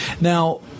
Now